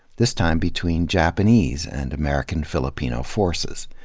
this time between japanese and american-filipino forces.